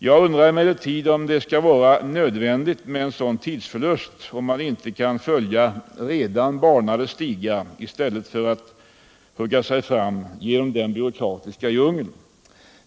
Jag undrar emellertid om det skall vara nödvändigt med en sådan tidsförlust, om man inte kan följa redan banade stigar i stället för att hugga sig fram genom den byråkratiska djungeln.